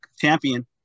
champion